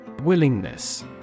Willingness